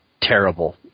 terrible